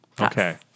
Okay